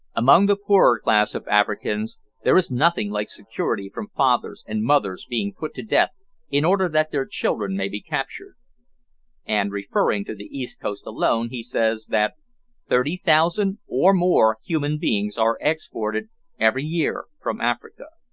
among the poorer class of africans there is nothing like security from fathers and mothers being put to death in order that their children may be captured and, referring to the east coast alone, he says that thirty thousand, or more, human beings, are exported every year from africa.